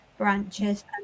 branches